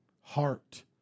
Heart